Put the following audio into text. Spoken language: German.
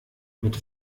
mit